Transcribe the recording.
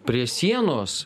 prie sienos